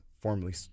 formerly